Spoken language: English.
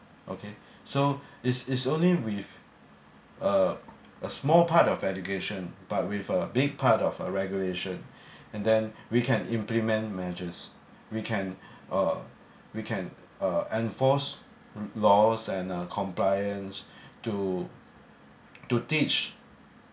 okay so is is only with uh a small part of education but with a big part of a regulation and then we can implement measures we can uh we can uh enforce laws and uh compliance to to teach